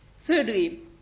Thirdly